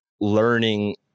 learning